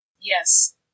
Yes